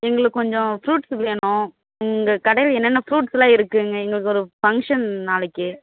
எங்களுக்கு கொஞ்சம் ஃப்ரூட்ஸ் வேணும் உங்கள் கடையில் என்னென்ன ஃப்ரூட்ஸ்லாம் இருக்குதுங்க எங்களுக்கு ஒரு பங்க்ஷன் நாளைக்கு